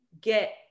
get